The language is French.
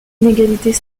inégalités